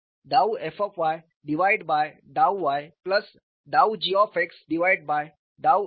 तो डाउ f divided by डाउ y प्लस डाउ g डिवाइडेड बाय डाउ x इक्वल टू 0